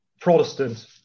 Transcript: Protestant